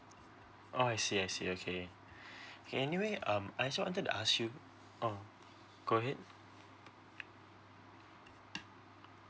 oh I see I see okay anyway um I also wanted to ask you um go ahead